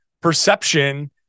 perception